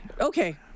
okay